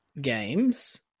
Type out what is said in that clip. games